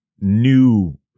new